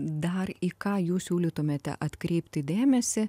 dar į ką jūs siūlytumėte atkreipti dėmesį